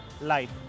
life